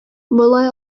болай